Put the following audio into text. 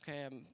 okay